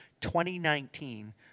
2019